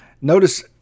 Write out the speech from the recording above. Notice